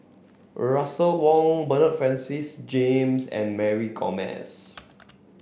Russel Wong Bernard Francis James and Mary Gomes